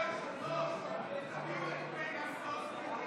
אדוני היושב-ראש,